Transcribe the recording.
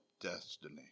destiny